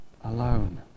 alone